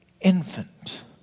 infant